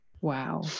Wow